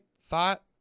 thought